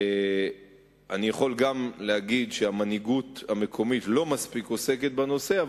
אני יכול גם להגיד שהמנהיגות המקומית לא עוסקת בנושא מספיק,